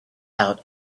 out